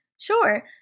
Sure